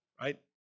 right